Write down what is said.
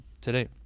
today